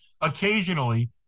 occasionally